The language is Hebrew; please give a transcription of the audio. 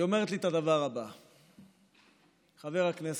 חבר הכנסת,